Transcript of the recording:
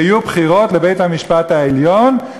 שיהיו בחירות לבית-המשפט העליון,